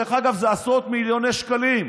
דרך אגב, זה עשרות מיליוני שקלים.